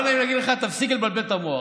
לא נעים לי להגיד לך, תתבייש לך.